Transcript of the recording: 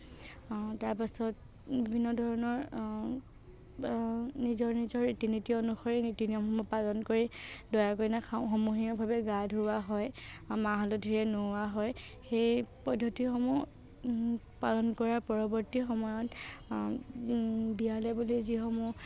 তাৰপাছত বিভিন্ন ধৰণৰ নিজৰ নিজৰ ৰীতি নীতি অনুসৰি নীতি নিয়মসমূহ পালন কৰি দৰা কইনাক সা সমূহীয়াভাৱে গা ধোওঁৱা হয় মাহ হালধীৰে নোওৱা হয় সেই পদ্ধতিসমূহ পালন কৰাৰ পৰৱৰ্তী সময়ত যোন বিয়ালৈ বুলি যিসমূহ